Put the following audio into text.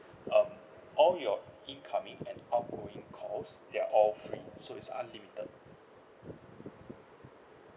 um all your incoming and outgoing call they're all free so it's unlimited